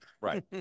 right